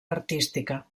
artística